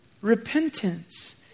repentance